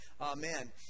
Amen